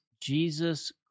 Jesus